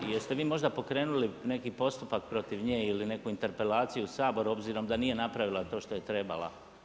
Jeste vi možda pokrenuli neki postupak protiv nje ili neku interpelaciju u Saboru obzirom da nije napravila to što je trebala?